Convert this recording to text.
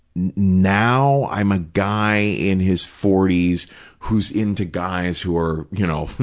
now i'm a guy in his forty s who's into guys who are, you know,